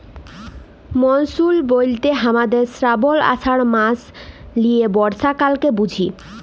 monsoon ব্যলতে হামরা শ্রাবল, আষাঢ় মাস লিয়ে বর্ষাকালকে বুঝি